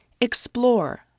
explore